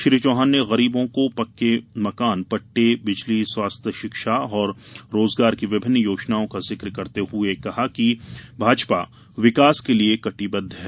श्री चौहान ने गरीबों को पक्के मकान पटटे बिजली स्वास्थ्य शिक्षा और रोजगार को विभिन्न योजनाओं का जिक करते हुए कहा कि भाजपा विकास के लिए कटिबद्व है